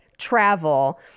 Travel